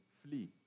Flee